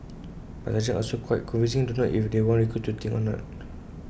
but sergeants are also quite confusing don't know if they want recruits to think or not